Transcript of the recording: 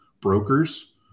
brokers